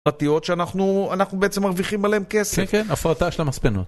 פרטיות שאנחנו, אנחנו בעצם מרוויחים עליהן כסף. כן, כן, הפרטה של המספנות.